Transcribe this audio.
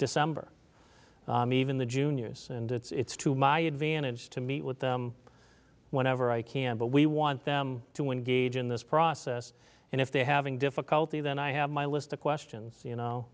december even the juniors and it's to my advantage to meet with them whenever i can but we want them to engage in this process and if they're having difficulty then i have my list of questions